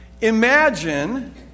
imagine